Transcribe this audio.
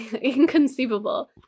inconceivable